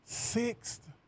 Sixth